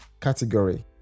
category